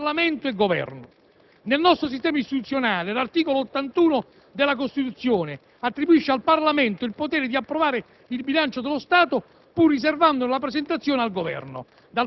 si realizza in materia di politica fiscale tra Parlamento e Governo. Nel nostro sistema istituzionale l'articolo 81 della Costituzione attribuisce al Parlamento il potere di approvare il bilancio dello Stato,